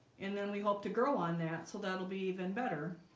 and then we hope to grow on that so that'll be even better.